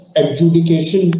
adjudication